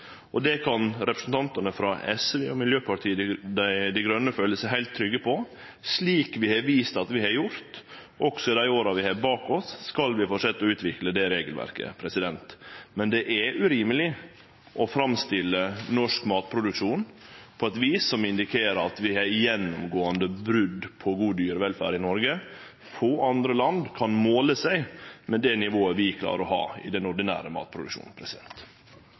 hensiktsmessig. Det kan representantane frå SV og Miljøpartiet Dei Grøne føle seg heilt trygge på. Slik vi har vist at vi har gjort dei åra vi har bak oss, skal vi fortsetje å utvikle det regelverket. Men det er urimeleg å framstille norsk matproduksjon på eit vis som indikerer at vi har gjennomgåande brot på god dyrevelferd i Noreg. Få andre land kan måle seg med det nivået vi klarer å ha i den ordinære matproduksjonen.